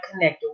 connector